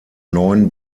neun